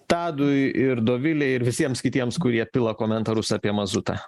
tadui ir dovilei ir visiems kitiems kurie pila komentarus apie mazutą